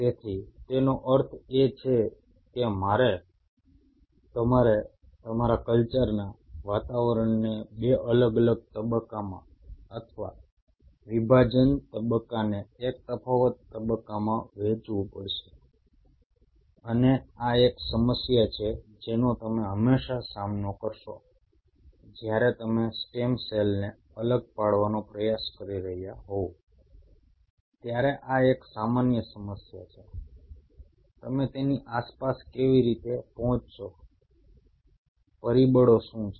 તેથી તેનો અર્થ એ છે કે તમારે તમારા કલ્ચરના વાતાવરણને બે અલગ અલગ તબક્કામાં અથવા વિભાજનના તબક્કાને એક તફાવત તબક્કામાં વહેંચવું પડશે અને આ એક સમસ્યા છે જેનો તમે હંમેશા સામનો કરશો જ્યારે તમે સ્ટેમ સેલને અલગ પાડવાનો પ્રયાસ કરી રહ્યા હોવ ત્યારે આ એક સામાન્ય સમસ્યા છે તમે તેની આસપાસ કેવી રીતે પહોંચશો પરિબળો શું છે